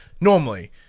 normally